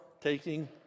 taking